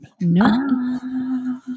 No